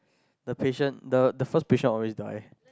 the patient the the first patient always die